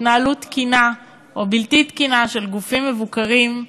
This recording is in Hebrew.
התנהלות תקינה או בלתי תקינה של גופים מבוקרים: